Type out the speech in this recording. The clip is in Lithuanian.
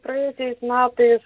praėjusiais metais